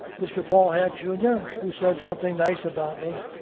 mr. paul hach, jr, who said something nice about me,